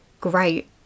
great